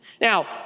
Now